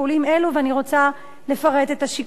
ואני רוצה לפרט את השיקולים: